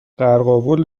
قرقاول